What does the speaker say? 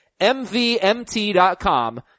mvmt.com